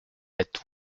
êtes